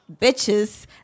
bitches